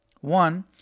One